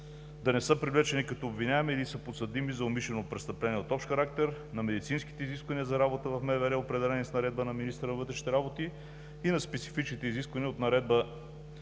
да не са привлечени като обвиняеми или са подсъдими за умишлено престъпление от общ характер, на медицинските изисквания за работа в МВР, определени с наредба на министъра на вътрешните работи и на специфичните изисквания от Наредба